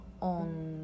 on